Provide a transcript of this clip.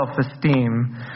self-esteem